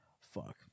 fuck